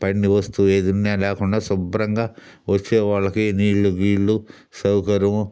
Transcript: పడిన వస్తువు ఏదున్నా లేకుండా శుభ్రంగా వచ్చేవాళ్ళకి నీళ్ళు గీళ్ళు సౌకర్యము